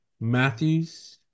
Matthews